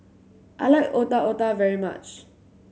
I like Otak Otak very much